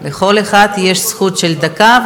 לכל אחד יש זכות של דקה,